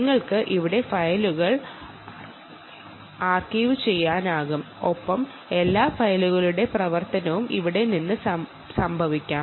നിങ്ങൾക്ക് ഇവിടെ ഫയലുകൾ ആർക്കൈവുചെയ്യാനാകും ഒപ്പം എല്ലാ ഫയലുകളുടെ പ്രവർത്തനവും അവിടെ നിന്ന് സംഭവിക്കാം